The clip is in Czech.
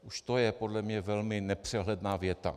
Už to je podle mě velmi nepřehledná věta.